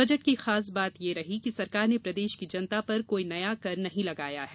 budget की खास बात यह रही कि सरकार ने प्रदेश की जनता पर कोई नया कर नहीं लगाया है